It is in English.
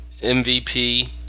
mvp